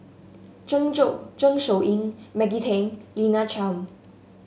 Zeng Shouyin Maggie Teng Lina Chiam